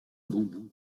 bambous